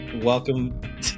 welcome